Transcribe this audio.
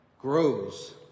grows